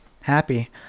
Happy